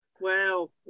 wow